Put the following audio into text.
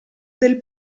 del